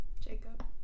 Jacob